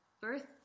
birth